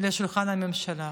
לשולחן הממשלה.